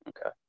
Okay